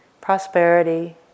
prosperity